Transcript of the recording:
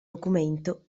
documento